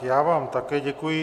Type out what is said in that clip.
Já vám také děkuji.